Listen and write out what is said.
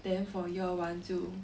then for year one 就